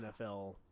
NFL